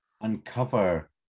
uncover